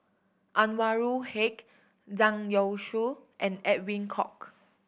Anwarul Haque Zhang Youshuo and Edwin Koek